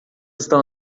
estão